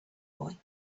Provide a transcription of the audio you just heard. boy